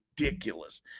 ridiculous